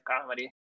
comedy